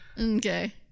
Okay